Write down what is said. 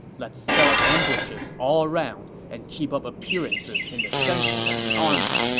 let's set up ambushes all around and keep up appearances in the center of the army.